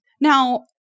Now